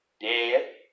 Dead